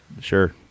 Sure